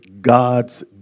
God's